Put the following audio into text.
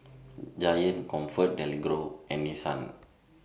Giant ComfortDelGro and Nissan